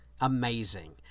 Amazing